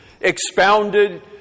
expounded